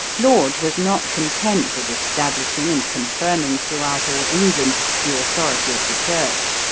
laud was not content with establishing and confirming throughout all england the authority of the church,